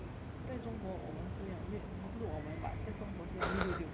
在中国我们是用六不是我们 but 在中国是用六六六的 mah